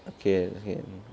okay okay